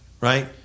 right